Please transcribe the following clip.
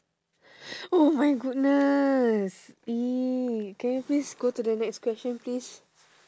oh my goodness eh can you please go to the next question please